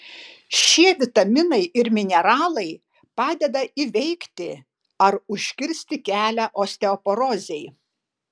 šie vitaminai ir mineralai padeda įveikti ar užkirsti kelią osteoporozei